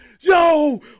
yo